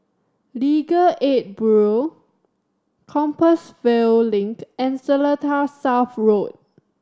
Legal Aid Bureau Compassvale Link and Seletar South Road